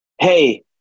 Hey